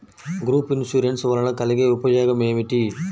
Group insurance వలన కలిగే ఉపయోగమేమిటీ?